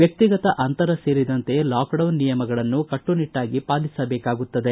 ವ್ಯಕ್ತಿಗತ ಅಂತರ ಸೇರಿದಂತೆ ಲಾಕ್ಡೌನ್ ನಿಯಮಗಳನ್ನು ಕಟ್ಸುನಿಟ್ನಾಗಿ ಪಾಲಿಸಬೇಕಾಗುತ್ತದೆ